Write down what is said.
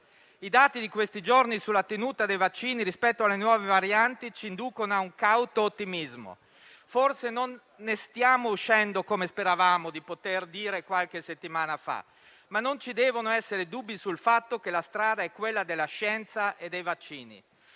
I dati di questi giorni sulla tenuta dei vaccini rispetto alle nuove varianti ci inducono a un cauto ottimismo. Forse non ne stiamo uscendo, come speravamo di poter dire qualche settimana fa, ma non ci devono essere dubbi sul fatto che la strada è quella della scienza e dei vaccini.